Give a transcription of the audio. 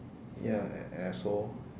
ya a asshole